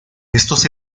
estos